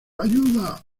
ayuda